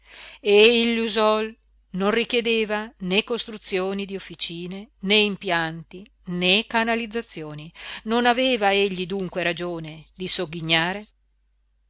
e il lusol non richiedeva né costruzioni di officine né impianti né canalizzazioni non aveva egli dunque ragione di